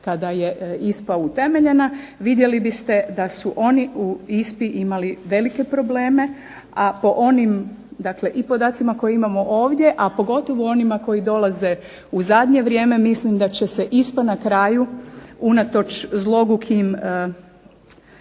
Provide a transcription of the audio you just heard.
kada je ISPA utemeljena, vidjeli biste da su oni u ISPA-i imali velike probleme, a po onim, dakle i podacima koje imamo ovdje, a pogotovo onima koji dolaze u zadnje vrijeme, mislim da će se ISPA na kraju unatoč zlogukim